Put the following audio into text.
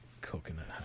Coconut